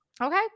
okay